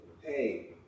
hey